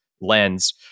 lens